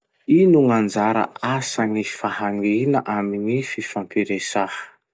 Ino gn'anjara asan'ny fahangina amin'ny fifampiresaha?